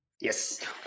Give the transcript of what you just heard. yes